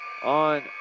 on